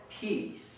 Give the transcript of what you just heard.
peace